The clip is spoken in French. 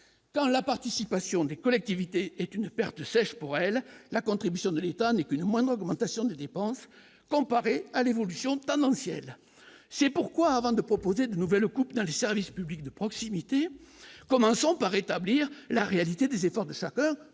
dans la participation des collectivités est une perte sèche pour elle, la contribution de l'État n'est qu'une moindre augmentation des dépenses, comparé à l'évolution tendancielle c'est pourquoi avant de proposer de nouvelles coupes dans les services publics de proximité, commençons par établir la réalité des efforts certains